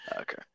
Okay